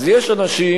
אז יש אנשים,